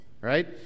right